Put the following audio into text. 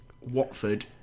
Watford